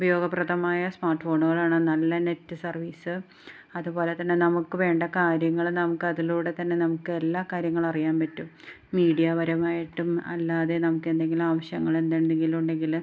ഉപയോഗപ്രദമായ സ്മാർട്ട് ഫോണുകളാണ് നല്ല നെറ്റ് സർവീസ് അതുപോലെ തന്നെ നമുക്ക് വേണ്ട കാര്യങ്ങൾ നമുക്കതിലൂടെ തന്നെ നമുക്കെല്ലാ കാര്യങ്ങളറിയാൻ പറ്റും മീഡിയ പരമായിട്ടും അല്ലാതെ നമുക്കെന്തെങ്കിലാവശ്യങ്ങൾ എന്തെങ്കിലുമുണ്ടെങ്കിൽ